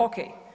Ok.